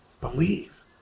believe